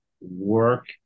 work